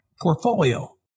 portfolio